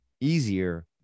easier